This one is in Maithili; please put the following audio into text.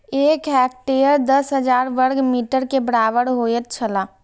एक हेक्टेयर दस हजार वर्ग मीटर के बराबर होयत छला